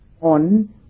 on